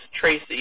Tracy